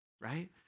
Right